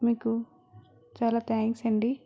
మీకు చాలా థ్యాంక్స్ అండి